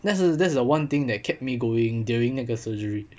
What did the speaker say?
that's that's the one thing that kept me going during 那个 surgery